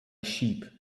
sheep